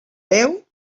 veu